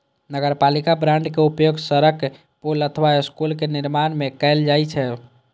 नगरपालिका बांड के उपयोग सड़क, पुल अथवा स्कूलक निर्माण मे कैल जाइ छै